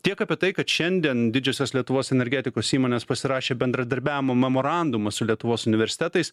tiek apie tai kad šiandien didžiosios lietuvos energetikos įmonės pasirašė bendradarbiavimo mamorandumą su lietuvos universitetais